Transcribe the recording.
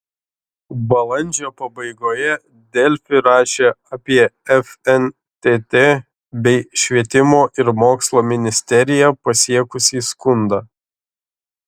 balandžio pabaigoje delfi rašė apie fntt bei švietimo ir mokslo ministeriją pasiekusį skundą